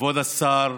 כבוד השר,